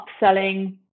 upselling